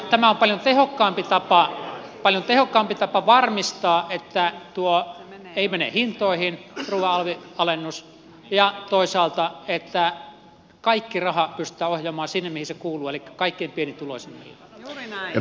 tämä on paljon tehokkaampi tapa varmistaa että tuo ruuan alvin alennus ei mene hintoihin ja toisaalta että kaikki raha pystytään ohjaamaan sinne mihin se kuuluu elikkä kaikkein pienituloisimmille